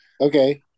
Okay